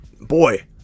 Boy